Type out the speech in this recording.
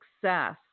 success